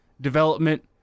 development